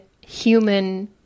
human